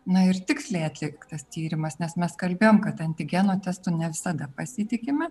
na ir tiksliai atliktas tyrimas nes mes kalbėjom kad antigeno testu ne visada pasitikime